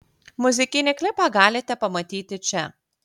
muzikinį klipą galite pamatyti čia